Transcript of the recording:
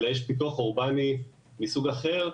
אלא יש פיתוח אורבני מסוג אחר.